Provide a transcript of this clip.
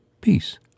Peace